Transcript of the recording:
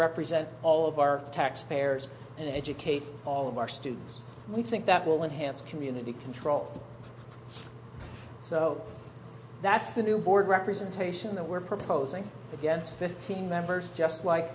represent all of our taxpayers and educate all of our students we think that will enhance community control so that's the new board representation that we're proposing against fifteen members just like